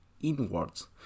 inwards